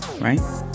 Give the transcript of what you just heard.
right